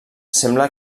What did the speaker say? sembla